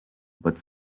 but